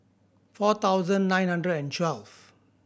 four thousand nine hundred and twelve